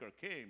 came